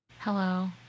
Hello